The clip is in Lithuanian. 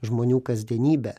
žmonių kasdienybė